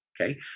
Okay